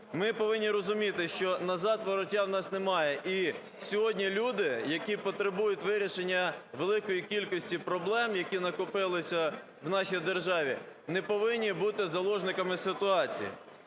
Ми повинні розуміти, що назад вороття в нас немає, і сьогодні люди, які потребують вирішення великої кількості проблем, які накопилися в нашій державі, не повинні бути заложниками ситуацій.